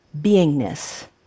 beingness